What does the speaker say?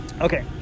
Okay